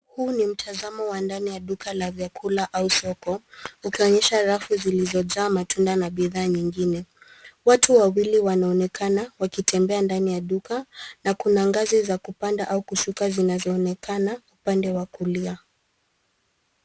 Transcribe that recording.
Huu ni mtazamo wa ndani ya duka la vyakula au soko ukionyesha rafu zilizojaa matunda na bidhaa nyingine. Watu wawili wanaonekana wakitembea ndani ya duka na kuna ngazi za kupanda au kushuka zinazoonekana upande wa kulia.